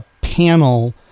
panel